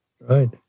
right